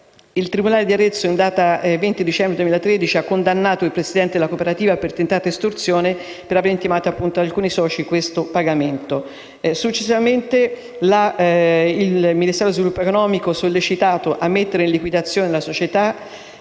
Il tribunale di Arezzo, in data 20 dicembre 2013, ha condannato il presidente della cooperativa per tentata estorsione per avere intimato ad alcuni soci il pagamento. Successivamente il Ministero dello sviluppo economico, sollecitato a mettere in liquidazione la società,